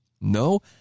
No